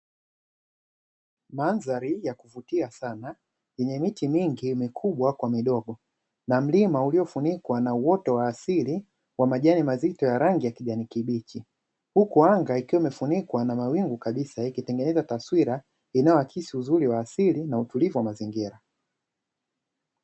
Mandhari ya kuvutia sana, yenye miti mikubwa kwa midogo na mlima uliofunikwa na uoto wa asili wa majani mazito ya rangi ya kijani kibichi, huku anga ikiwa imefunikwa na mawingu kabisa, ikitengeneza taswira inayoakisi uzuri wa asili, na utulivu wa mazingira.